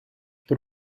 por